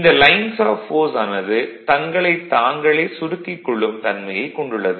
இந்த lines of force ஆனது தங்களைத் தாங்களே சுருக்கிக் கொள்ளும் தன்மையைக் கொண்டுள்ளது